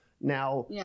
Now